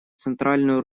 центральную